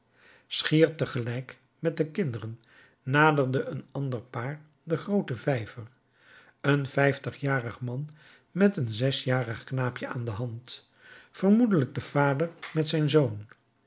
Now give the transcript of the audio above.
schier tegelijk met de kinderen naderde een ander paar den grooten vijver een vijftigjarig man met een zesjarig knaapje aan de hand vermoedelijk de vader met zijn zoon